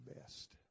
best